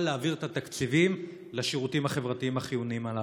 להעביר את התקציבים לשירותים החברתיים החיוניים הללו.